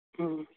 ᱦᱮᱸ